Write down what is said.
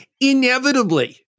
inevitably